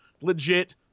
legit